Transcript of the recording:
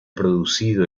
producido